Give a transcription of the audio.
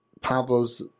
Pablo's